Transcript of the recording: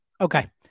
Okay